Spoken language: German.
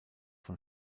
von